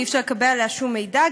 אי-אפשר לקבל עליה שום מידע,